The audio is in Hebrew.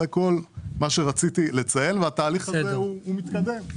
התהליך הזה מתקדם.